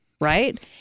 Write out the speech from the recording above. right